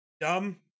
dumb